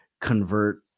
convert